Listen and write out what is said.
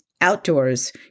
outdoors